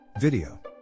Video